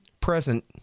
present